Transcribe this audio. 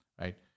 right